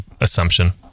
assumption